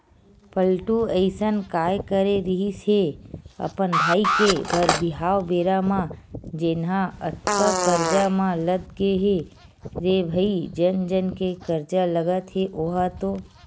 पलटू अइसन काय करे रिहिस हे अपन भाई के बर बिहाव बेरा म जेनहा अतका करजा म लद गे हे रे भई जन जन के करजा लगत हे ओहा तो